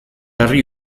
herri